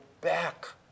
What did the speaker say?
back